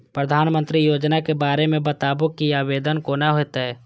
प्रधानमंत्री योजना के बारे मे बताबु की आवेदन कोना हेतै?